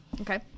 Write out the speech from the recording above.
Okay